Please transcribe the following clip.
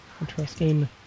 Interesting